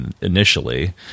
initially